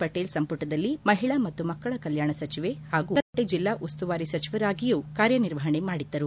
ಪಟೇಲ್ ಸಂಪುಟದಲ್ಲಿ ಮಹಿಳಾ ಮತ್ತು ಮಕ್ಕಳ ಕಲ್ಕಾಣ ಸಚಿವೆ ಹಾಗೂ ಬಾಗಲಕೋಟೆ ಜಿಲ್ಲಾ ಉಸ್ತುವಾರಿ ಸಚಿವರಾಗಿಯೂ ಕಾರ್ಯನಿರ್ವಹಣೆ ಮಾಡಿದ್ದರು